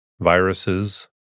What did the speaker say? viruses